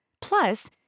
Plus